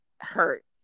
hurt